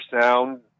sound